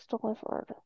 delivered